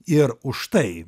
ir už tai